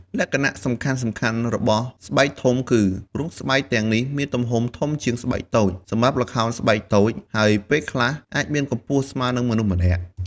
លក្ខណៈសំខាន់ៗរបស់ស្បែកធំគឺ រូបស្បែកទាំងនេះមានទំហំធំជាងស្បែកតូច សម្រាប់ ល្ខោនស្បែកតូច ហើយពេលខ្លះអាចមានកម្ពស់ស្មើនឹងមនុស្សម្នាក់។